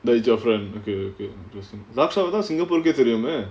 it's your friend okay okay okay daksha வ தான்:va thaan singapore கே தெரியுமே:kae teriyumae